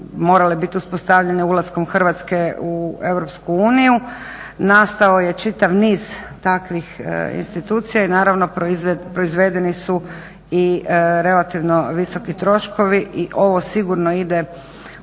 morale biti uspostavljene ulaskom Hrvatske u EU, nastao je čitav niz takvih institucija i proizvedeni su relativno visoki troškovi i ovo sigurno ide u